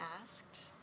asked